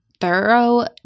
thorough